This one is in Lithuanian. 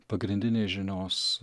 pagrindinės žinios